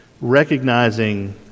recognizing